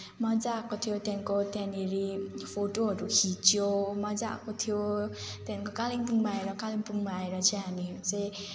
मजा आएको थियो त्यहाँको त्यहाँनिर फोटोहरू खिच्यौँ मजा आएको थियो त्यहाँदेखिको कालिम्पोङमा आएर कालिम्पोङमा चाहिँ आएर चाहिँ हामी चाहिँ